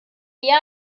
eher